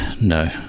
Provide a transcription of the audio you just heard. no